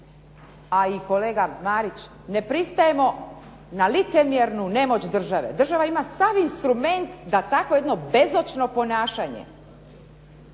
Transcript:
a i kolega Marić, ne pristajemo na licemjernu nemoć države. Država ima sav instrument da takvo jedno bezočno ponašanje